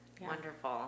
Wonderful